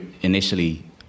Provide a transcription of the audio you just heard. initially